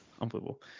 Unbelievable